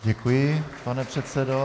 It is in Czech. Děkuji, pane předsedo.